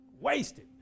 wasted